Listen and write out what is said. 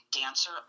dancer